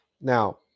Now